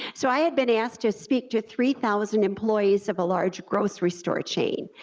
so i had been asked to speak to three thousand employees of a large grocery store chain,